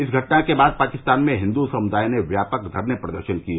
इस घटना के बाद पाकिस्तान में हिन्दू समुदाय ने व्यापक धरने प्रदर्शन किए